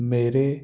ਮੇਰੇ